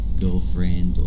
girlfriend